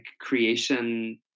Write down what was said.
creation